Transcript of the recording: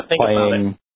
playing